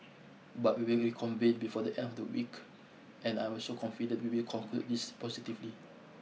but we will reconvene before the end of the week and I also confident we will conclude this positively